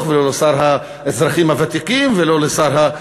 ולא לשר לאזרחים הוותיקים ולא לשר,